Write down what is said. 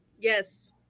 Yes